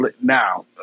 now